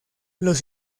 los